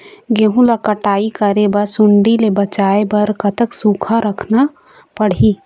गेहूं ला कटाई करे बाद सुण्डी ले बचाए बर कतक सूखा रखना पड़ही?